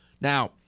Now